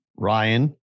Ryan